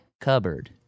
cupboard